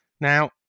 Now